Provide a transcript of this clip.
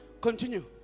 Continue